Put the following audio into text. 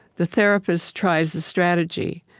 the therapist tries a strategy,